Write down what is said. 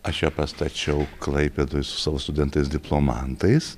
aš ją pastačiau klaipėdoj su savo studentais diplomantais